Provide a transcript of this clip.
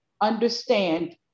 understand